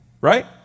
Right